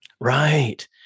Right